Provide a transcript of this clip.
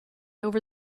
over